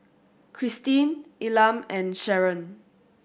Kristyn Elam and Sharon